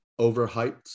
overhyped